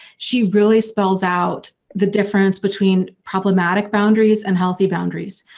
she really spells out the difference between problematic boundaries and healthy boundaries.